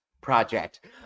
project